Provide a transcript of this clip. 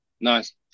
nice